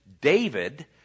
David